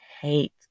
hate